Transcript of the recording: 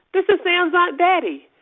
this is sam's aunt betty.